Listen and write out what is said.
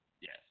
Yes